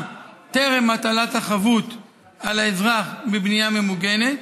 טרם הוטל חיוב האזרח בבנייה ממוגנת,